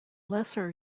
lesser